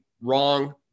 wrong